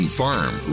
farm